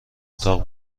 اتاق